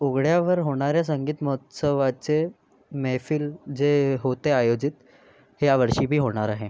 उघड्यावर होणाऱ्या संगीत महोत्सवाचे मैफिल जे होते आयोजित ह्या वर्षी बी होणार आहे